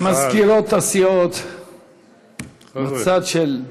מזכירות הסיעות מהצד של,